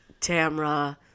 Tamra